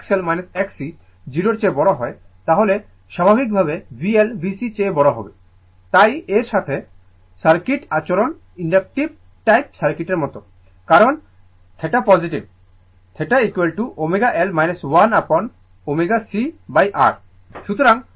যদি XL Xc 0 এর চেয়ে বড় হয় তাহলে স্বাভাবিকভাবে VL VC চেয়ে বড় হবে তাই এর অর্থ সার্কিট আচরণ ইনডাকটিভ টাইপ সার্কিটের মতো কারণ θ পজিটিভ কারণ θ ω L 1 অ্যাপন ω c R